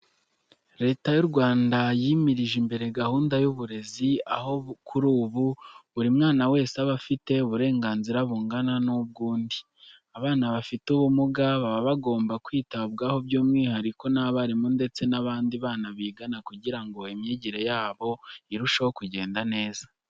Leta y'u Rwanda yimirije imbere gahunda y'uburezi, aho kuri ubu buri mwana wese aba afite uburenganzira bungana n'ubw'uwundi. Abana bafite ubumuga baba bagomba kwitabwaho by'umwihariko n'abarimu ndetse n'abandi bana bigana kugira ngo imyigire yabo irusheho kugenda neza.